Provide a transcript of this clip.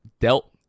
dealt